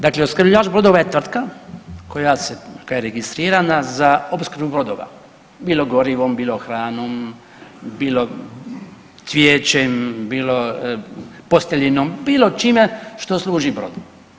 Dakle, opskrbljivač brodova je tvrtka koja je registrirana za opskrbu brodova, bilo gorivom, bilo hranom, bilo cvijećem, bilo posteljinom bilo čime što služi brodu.